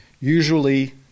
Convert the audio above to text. usually